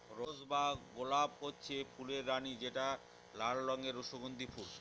rose বা গলাপ হচ্ছে ফুলের রানী যেটা লাল রঙের ও সুগন্ধি ফুল